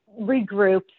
regroup